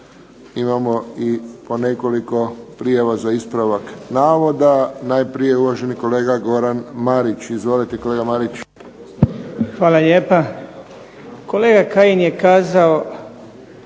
imamo i po nekoliko prijava za ispravak navoda. Najprije uvaženi kolega Goran Marić. Izvolite kolega Marić. **Marić, Goran (HDZ)** Hvala lijepa. Kolega Kajin je kazao